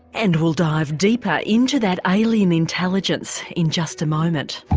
and we'll dive deeper into that alien intelligence in just a moment.